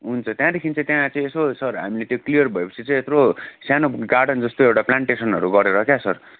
हुन्छ त्यहाँदेखि चाहिँ त्यहाँ चाहिँ यसो सर हामीले त्यो क्लियर भएपछि चाहिँ यत्रो सानो गार्डन जस्तो एउटा प्लान्टेसनहरू गरेर क्या सर